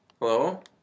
Hello